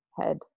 head